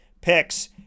picks